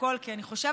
מתוחות,